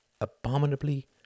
abominably